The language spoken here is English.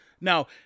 Now